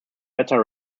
better